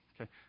okay